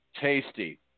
tasty